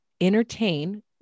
entertain